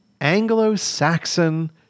Anglo-Saxon